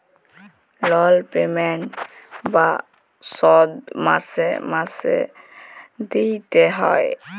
লল পেমেল্ট বা শধ মাসে মাসে দিইতে হ্যয়